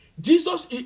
Jesus